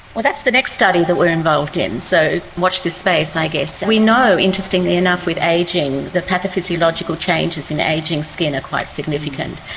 well, that's the next study that we are involved in, so watch this space i guess. we know, interestingly enough, with ageing the pathophysiological changes in ageing skin are quite significant.